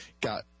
got